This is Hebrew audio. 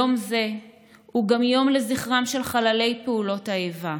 יום זה הוא גם יום לזכרם של חללי פעולות האיבה.